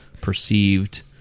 perceived